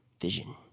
vision